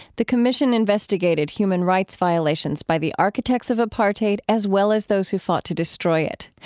the commission investigated human rights violations by the architects of apartheid, as well as those who fought to destroy it.